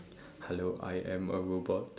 hello I am a robot